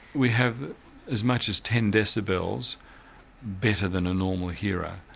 we have as much as ten decibels better than a normal hearer.